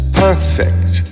perfect